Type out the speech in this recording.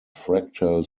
fractal